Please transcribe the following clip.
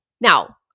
Now